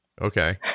Okay